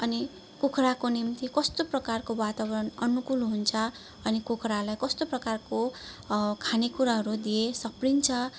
अनि कुखुराको निम्ति कस्तो प्रकारको वातावरण अनुकूल हुन्छ अनि कुखुरालाई कस्तो प्रकारको खाने कुराहरू दिए सप्रिन्छ